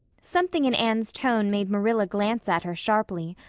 something in anne's tone made marilla glance at her sharply,